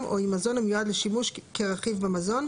או עם מזון המיועד לשימוש כרכיב במזון,